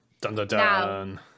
Dun-dun-dun